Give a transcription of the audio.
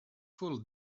full